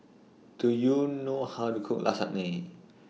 Do YOU know How to Cook Lasagne